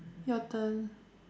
your turn